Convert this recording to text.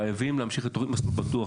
חייבים להמשיך את תוכנית "מסלול בטוח",